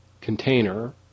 container